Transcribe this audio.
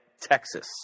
Texas